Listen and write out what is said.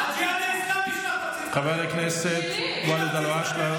חבר הכנסת ואליד אלהואשלה,